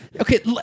Okay